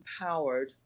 empowered